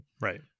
Right